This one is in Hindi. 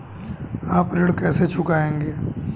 आप ऋण कैसे चुकाएंगे?